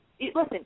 listen